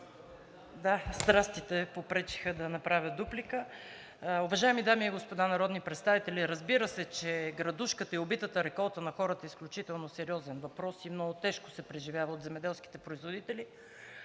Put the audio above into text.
Да, страстите попречиха да направя дуплика. Уважаеми дами и господа народни представители! Разбира се, че градушката и убитата реколта на хората е изключително сериозен въпрос и много тежко се преживява от земеделските производители.